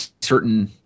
certain